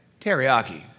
Teriyaki